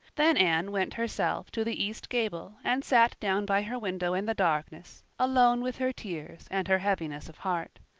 then anne went herself to the east gable and sat down by her window in the darkness alone with her tears and her heaviness of heart.